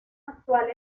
actual